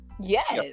Yes